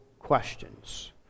questions